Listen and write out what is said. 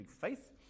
faith